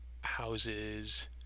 Houses